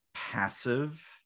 passive